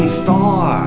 star